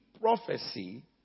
prophecy